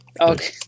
Okay